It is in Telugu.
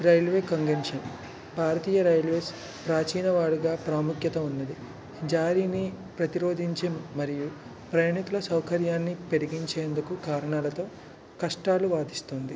రైల్వే కాంగ్రెన్షన్ భారతీయ రైల్వేస్ ప్రాచీన వాడుగా ప్రాముఖ్యత ఉన్నది జారిని ప్రతిరోదించే మరియు ప్రయాణికుల సౌకర్యాన్నిపెరిగించేందుకు కారణాలతో కష్టాలు వాదిస్తుంది